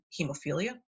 hemophilia